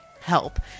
help